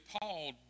Paul